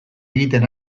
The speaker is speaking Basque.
egiten